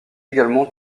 également